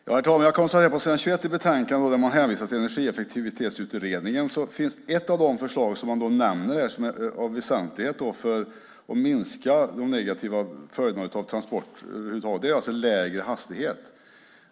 Herr talman! På s. 21 i betänkandet hänvisar man till Energieffektiviseringsutredningen. Ett av de förslag som man nämner som väsentligt för att minska de negativa följderna av transporter är lägre hastighet.